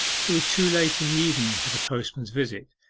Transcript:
it was too late in the evening for the postman's visit,